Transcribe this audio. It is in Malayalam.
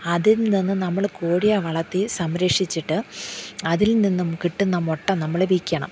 അതിൽ നിന്ന് നമ്മൾ കോഴിയെ വളർത്തി സംരക്ഷിച്ചിട്ട് അതിൽ നിന്നും കിട്ടുന്ന മുട്ട നമ്മൾ വിൽക്കണം